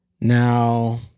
now